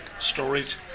storage